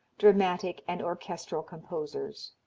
dramatic and orchestral composers.